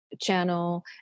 channel